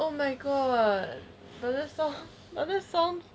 oh my god !wah! that sound !wah! that sound